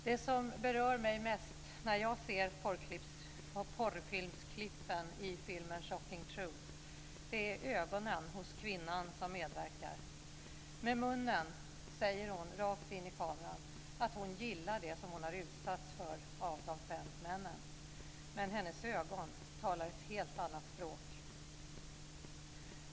Det som berör mig mest när jag ser porrfilmsklippen i filmen Shocking Truth är ögonen hos kvinnan som medverkar. Med munnen säger hon rakt in i kameran att hon gillar det som hon har utsatts för av de fem männen, men hennes ögon talar ett helt annat språk.